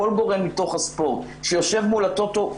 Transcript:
כל גורם מתוך הספורט שיושב מול הטוטו,